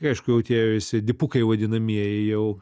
aišku jau tie visi dipukai vadinamieji jau